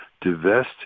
divest